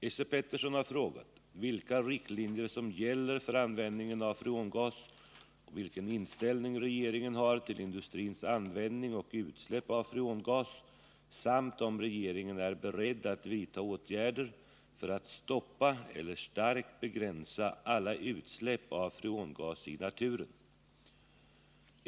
Esse Petersson har frågat vilka riktlinjer som gäller för användningen av freongas och vilken inställning regeringen har till industrins användning och utsläpp av freongas samt om regeringen är beredd att vidta åtgärder för att stoppa eller starkt begränsa alla utsläpp av freongas i naturen.